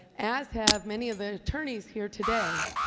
as have many of the attorneys here today.